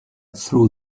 through